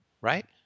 Right